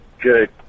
good